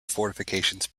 fortifications